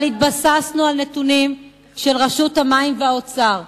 התבססנו על נתונים של רשות המים והאוצר.